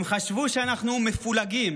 הם חשבו שאנחנו מפולגים,